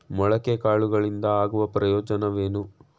ಮೊಳಕೆ ಕಾಳುಗಳಿಂದ ಆಗುವ ಪ್ರಯೋಜನವೇನು?